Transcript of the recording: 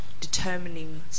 determining